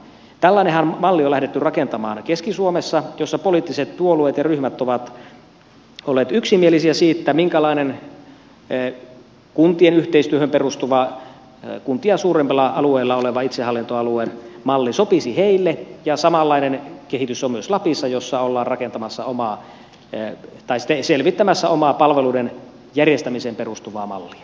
tällainen mallihan on lähdetty rakentamaan keski suomessa jossa poliittiset puolueet ja ryhmät ovat olleet yksimielisiä siitä minkälainen kuntien yhteistyöhön perustuva kuntia suuremmalla alueella oleva itsehallintoalueen malli sopisi heille ja samanlainen kehitys on myös lapissa jossa ollaan selvittämässä omaa palveluiden järjestämiseen perustuvaa mallia